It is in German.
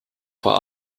vor